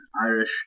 Irish